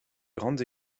grandes